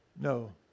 No